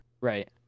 Right